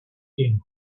tent